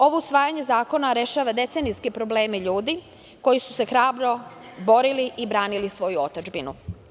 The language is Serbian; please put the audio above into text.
Ovo usvajanje zakona rešava decenijske probleme ljudi koji su se hrabro borili i branili svoju otadžbinu.